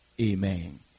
amen